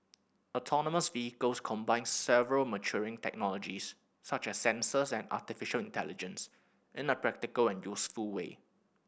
autonomous vehicles combine several maturing technologies such as sensors and artificial intelligence in a practical and useful way